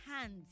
hands